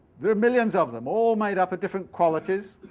there are millions of them, all made up of different qualities,